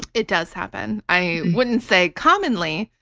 it does happen. i wouldn't say commonly,